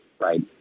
right